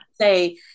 say